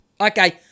Okay